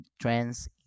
trends